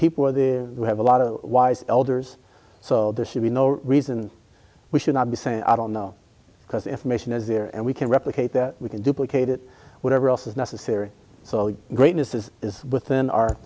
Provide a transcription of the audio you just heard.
people are the have a lot of wise elders so there should be no reason we should not be saying i don't know because information is here and we can replicate that we can duplicate it whatever else is necessary so the greatness is is within our